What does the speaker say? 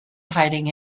hiding